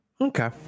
Okay